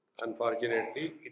Unfortunately